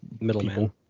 middleman